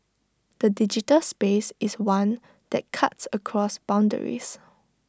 the digital space is one that cuts across boundaries